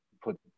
put